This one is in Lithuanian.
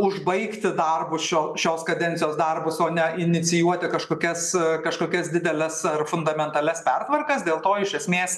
užbaigti darbus šio šios kadencijos darbus o ne inicijuoti kažkokias kažkokias dideles ar fundamentalias pertvarkas dėl to iš esmės